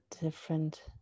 different